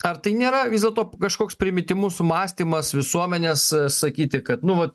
ar tai nėra vis dėlto kažkoks primitymus sumąstymas visuomenės sakyti kad nu vat